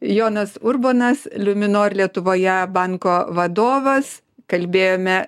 jonas urbonas luminor lietuvoje banko vadovas kalbėjome